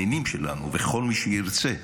הנינים שלנו וכל מי שירצה,